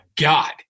God